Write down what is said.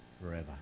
forever